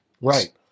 Right